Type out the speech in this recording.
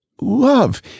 love